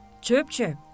Chirp-chirp